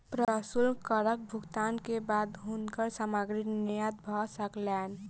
प्रशुल्क करक भुगतान के बाद हुनकर सामग्री निर्यात भ सकलैन